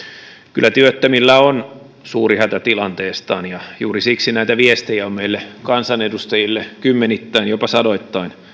kyllä työttömillä on suuri hätä tilanteestaan ja juuri siksi näitä viestejä on meille kansanedustajille kymmenittäin jopa sadoittain